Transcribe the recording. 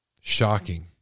Shocking